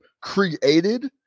created